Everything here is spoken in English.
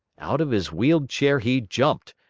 out of his wheeled chair he jumped,